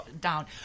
down